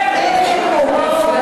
אתם פופוליסטים.